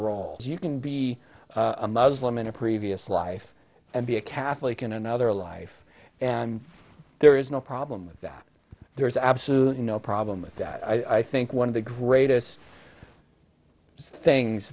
role you can be a muslim in a previous life and be a catholic in another life and there is no problem with that there's absolutely no problem with that i think one of the greatest things